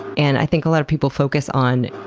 and i think a lot of people focus on